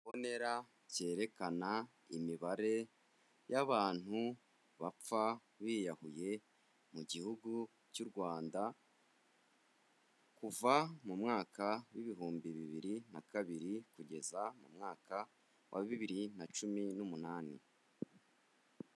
Igishushanyo mbonera cyerekana imibare y'abantu bapfa biyahuye mu gihugu cy'u Rwanda, kuva mu mwaka w'ibihumbi bibiri na kabiri, kugeza mu mwaka wa bibiri na cumi n'umunani.